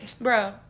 Bro